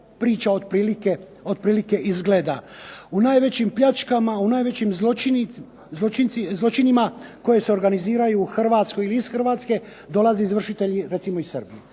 priča otprilike izgleda, u najvećim pljačkama ili u najvećim zločinima koji se organiziraju u Hrvatskoj ili iz Hrvatske dolaze izvršitelji iz Srbije.